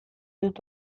dut